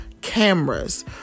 cameras